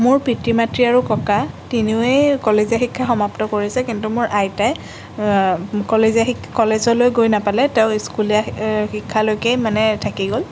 মোৰ পিতৃ মাতৃ আৰু ককা তিনিওৱেই কলেজীয়া শিক্ষা সমাপ্ত কৰিছে কিন্তু মোৰ আইতাই কলেজীয়া শিক্ষা কলেজলৈ গৈ নাপালে তেওঁ স্কুলীয়া শি শিক্ষা লৈকেই মানে থাকি গ'ল